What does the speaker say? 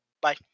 bye